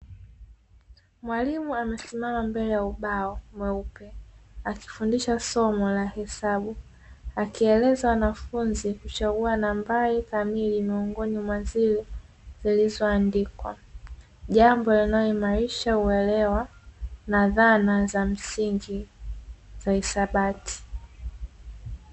Mwalimu amesimama mbele ya ubao mweupe, akifundisha somo la hesabu akieleza wanafunzi kuchagua nambari kamili miongoni mwa zile zilizoandikwa, jambo linaloimarisha uelewa na dhana za msingi za hisabati.